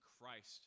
Christ